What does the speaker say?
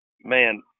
Man